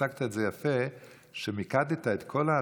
הצגת את זה כל כך יפה כשמיקדת את כל ההטבות,